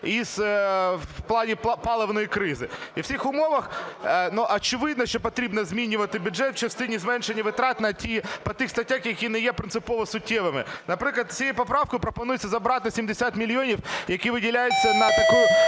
у плані паливної кризи. І в цих умовах, ну, очевидно, що потрібно змінювати бюджет в частині зменшення витрат на ті, по тих статтях, які не є принципово суттєвими. Наприклад, цією поправкою пропонується зібрати 70 мільйонів, які виділяються на таку